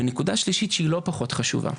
ונקודה שלישית, שהיא לא פחות חשובה.